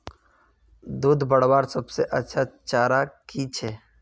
दूध बढ़वार सबसे अच्छा चारा की छे?